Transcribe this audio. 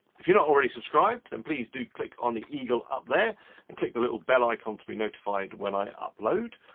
if you're not already subscribed, then please do click on the eagle up there and click the little bell icon to be notified when i upload.